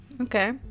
Okay